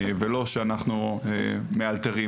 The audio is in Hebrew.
ולא כשאנחנו מאלתרים.